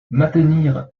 maintenir